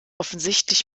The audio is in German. offensichtlich